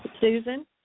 Susan